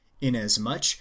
inasmuch